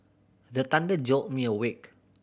the thunder jolt me awake